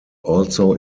also